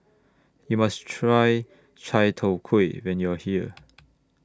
YOU must Try Chai Tow Kuay when YOU Are here